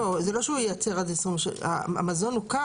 לא, זה לא שהוא ייצר, המזון יוכר.